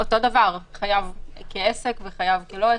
אותו דבר - חייב כעסק וחייב לא כעסק.